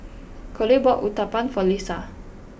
Kole bought Uthapam for Leisa